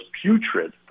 putrid